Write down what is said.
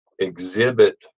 exhibit